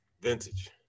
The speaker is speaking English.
Vintage